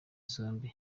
zombi